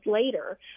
later